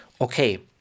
Okay